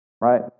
Right